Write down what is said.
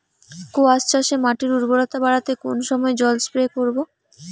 কোয়াস চাষে মাটির উর্বরতা বাড়াতে কোন সময় জল স্প্রে করব?